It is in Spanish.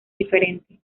diferente